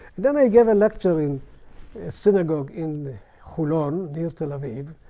then i gave a lecture in a synagogue in holon, near tel aviv,